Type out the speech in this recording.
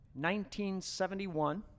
1971